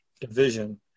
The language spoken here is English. division